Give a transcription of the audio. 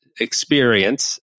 experience